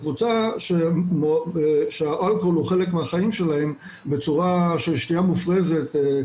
הקבוצה שהאלכוהול הוא חלק מהחיים שלהם בצורה של שתייה מופרזת,